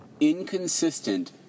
inconsistent